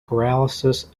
paralysis